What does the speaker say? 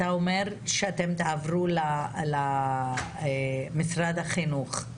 אתה אומר שאתם תעברו למשרד החינוך.